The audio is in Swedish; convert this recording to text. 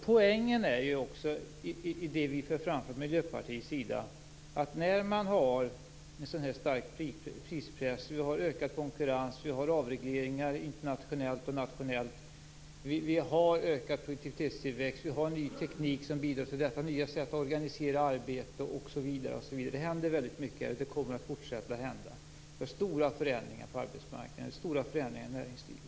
Poängen i det som vi i Miljöpartiet för fram är att det är en så stark prispress nu. Det handlar om ökad konkurrens, om avregleringar både internationellt och nationellt, om en ökad produktivitetstillväxt, om en ny teknik som bidrar till detta nya sätt att organisera arbetet osv. Det är mycket som nu händer och så kommer det att fortsätta att vara. Det är stora förändringar på arbetsmarknaden och i arbetslivet.